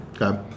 Okay